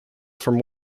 from